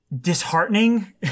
disheartening